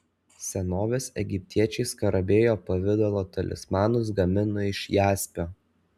senovės egiptiečiai skarabėjo pavidalo talismanus gamino iš jaspio